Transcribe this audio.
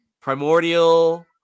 Primordial